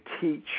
teach